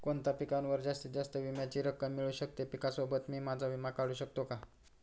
कोणत्या पिकावर जास्तीत जास्त विम्याची रक्कम मिळू शकते? पिकासोबत मी माझा विमा काढू शकतो का?